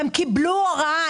הם קיבלו הוראה,